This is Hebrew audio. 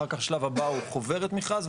אחר כך שלב הבא הוא חוברת מכרז,